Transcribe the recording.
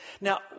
Now